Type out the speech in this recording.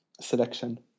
selection